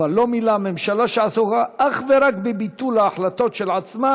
ממשלה שעסוקה אך ורק בביטול ההחלטות של עצמה